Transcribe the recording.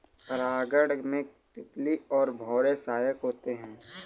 परागण में तितली और भौरे सहायक होते है